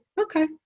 okay